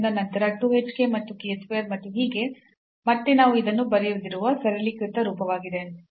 ನಂತರ 2 hk ಮತ್ತು k square ಮತ್ತು ಹೀಗೆ ಮತ್ತೆ ನಾವು ಇದನ್ನು ಬರೆದಿರುವ ಸರಳೀಕೃತ ರೂಪವಾಗಿದೆ